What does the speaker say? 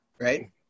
Right